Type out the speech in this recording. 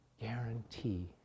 Guarantee